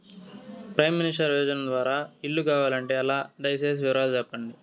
Prime minister యోజన ద్వారా ఇల్లు కావాలంటే ఎలా? దయ సేసి వివరాలు సెప్పండి?